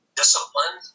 discipline